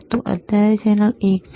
તો અત્યારે આ ચેનલ એક છે